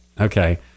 okay